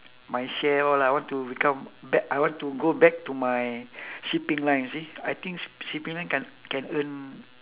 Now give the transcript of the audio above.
my chef all lah I want to become back I want to go back to my shipping line you see I think shi~ shipping line can can earn